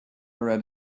read